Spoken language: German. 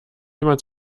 jemand